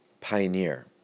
pioneer